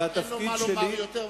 לשר אין מה לומר יותר,